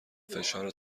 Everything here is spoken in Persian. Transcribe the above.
فشار